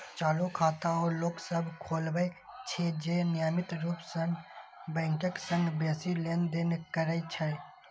चालू खाता ओ लोक सभ खोलबै छै, जे नियमित रूप सं बैंकक संग बेसी लेनदेन करै छै